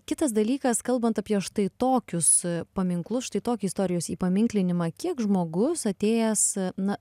kitas dalykas kalbant apie štai tokius paminklus štai tokį istorijos įpaminklinimą kiek žmogus atėjęs na